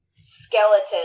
skeleton